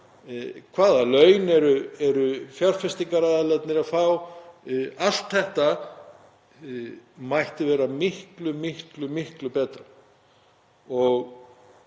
hvaða laun eru fjárfestingaraðilarnir að fá — allt þetta mætti vera miklu, miklu betra.